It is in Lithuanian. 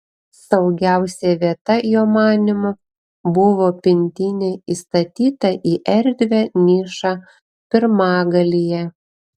saugiausia vieta jo manymu buvo pintinė įstatyta į erdvią nišą pirmagalyje